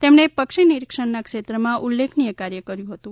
તેમણે પક્ષી નીરીક્ષણના ક્ષેત્રમાં ઉલ્લેખનીય કામ કર્યુ હતું